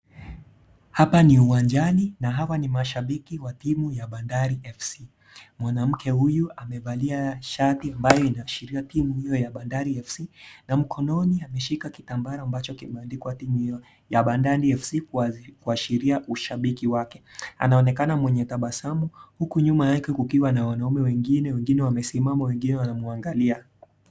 Hapa ni uwanjani, na hawa ni mashabiki wa timu ya Bandari FC. Mwanamke huyu amevalia shati ambayo inaashiria timu hio ya Bandari FC, na mkononi ameshika kitambara ambacho kimeandikwa timu hio ya Bandari FC kuashiria ushabiki wake, anaonekana mwenye tabasamu huku nyuma yake kukiwa na wanaumwe wengine, wengine wamesimama, wengine wamemwangalia.